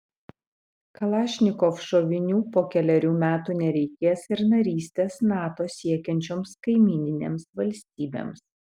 kalašnikov šovinių po kelerių metų nereikės ir narystės nato siekiančioms kaimyninėms valstybėms